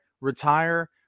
Retire